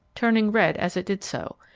turning red as it did so,